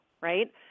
right